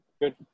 good